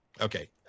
Okay